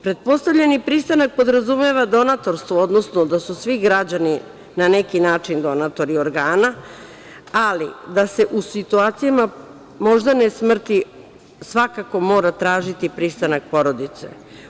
Pretpostavljeni pristanak podrazumeva donatorstvo, odnosno da su svi građani na neki način donatori organa, ali da se u situacijama moždane smrti svakako mora tražiti pristanak porodice.